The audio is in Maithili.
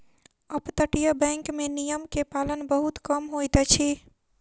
अपतटीय बैंक में नियम के पालन बहुत कम होइत अछि